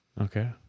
Okay